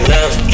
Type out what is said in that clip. Love